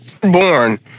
born